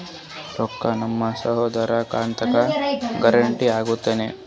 ರೊಕ್ಕ ನಮ್ಮಸಹೋದರನ ಖಾತಕ್ಕ ಗ್ಯಾರಂಟಿ ಹೊಗುತೇನ್ರಿ?